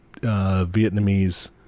Vietnamese